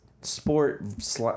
sport